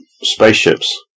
spaceships